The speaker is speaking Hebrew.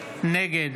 נגד